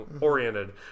oriented